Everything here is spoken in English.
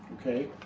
okay